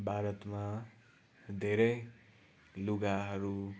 भारतमा धेरै लुगाहरू